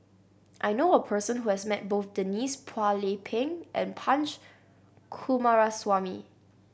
I knew a person who has met both Denise Phua Lay Peng and Punch Coomaraswamy